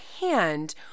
hand